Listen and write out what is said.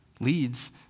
leads